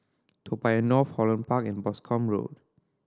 Toa Payoh North Holland Park and Boscombe Road